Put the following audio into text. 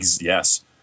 Yes